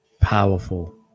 powerful